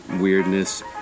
weirdness